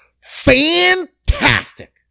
fantastic